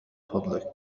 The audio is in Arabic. فضلك